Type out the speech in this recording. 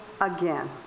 again